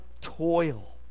toil